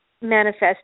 manifest